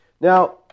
Now